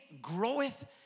groweth